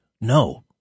no